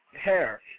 hair